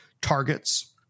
targets